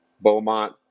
Beaumont